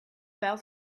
fell